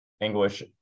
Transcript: English